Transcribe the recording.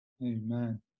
Amen